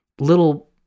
little